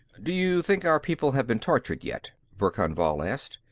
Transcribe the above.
do you think our people have been tortured, yet? verkan vall asked.